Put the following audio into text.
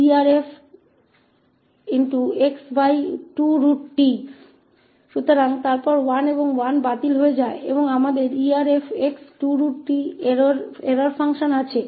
तो फिर 1 और 1 रद्द हो जाते हैं और हमारे पास एरर फंक्शन erf है